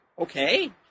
okay